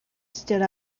stood